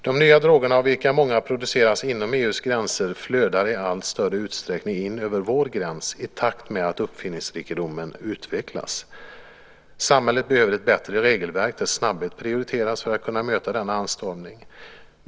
De nya drogerna, av vilka många produceras inom EU:s gränser, flödar i allt större utsträckning in över vår gräns i takt med att uppfinningsrikedomen utvecklas. Samhället behöver ett bättre regelverk där snabbhet prioriteras för att kunna möta denna anstormning.